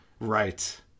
Right